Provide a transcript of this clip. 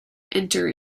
enter